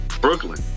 Brooklyn